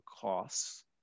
costs